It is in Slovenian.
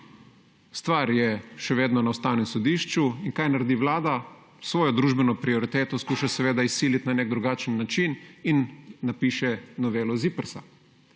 Stvar je še vedno na Ustavnem sodišču. In kaj naredi vlada? Svojo družbeno prioriteto skuša seveda izsiliti na nek drugačen način in napiše novelo ZIPRS,